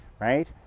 right